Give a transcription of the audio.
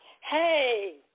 Hey